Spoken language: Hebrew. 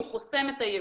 הוא חוסם את הייבוא.